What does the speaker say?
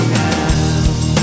now